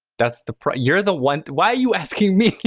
that's the you're the one why are you asking me?